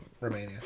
Romania